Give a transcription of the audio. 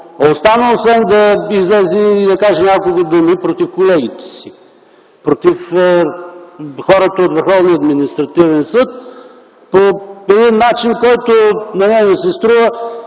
остана, освен да излезе и да каже няколко думи против колегите си, против хората от Върховния административен съд по начин, който ми се струва,